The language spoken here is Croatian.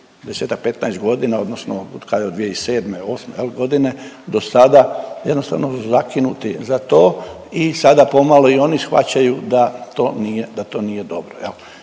15 godina odnosno od kada od 2007., '08. jel godine do sada jednostavno zakinuti za to i sada pomalo i oni shvaćaju da to nije, da to